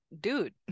dude